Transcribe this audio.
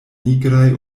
nigraj